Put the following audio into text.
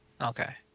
okay